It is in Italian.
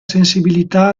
sensibilità